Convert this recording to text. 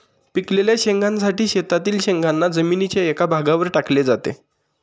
पिकलेल्या शेंगांसाठी शेतातील शेंगांना जमिनीच्या एका भागावर टाकले जाते